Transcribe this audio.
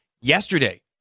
yesterday